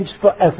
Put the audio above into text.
forever